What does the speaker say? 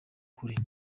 kure